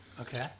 Okay